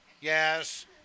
Yes